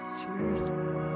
Cheers